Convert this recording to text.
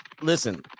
listen